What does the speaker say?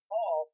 Paul